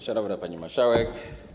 Szanowna Pani Marszałek!